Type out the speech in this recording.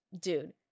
dude